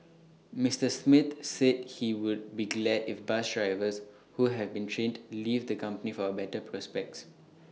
Mister Smith said he would be glad if bus drivers who have been trained leave the company for better prospects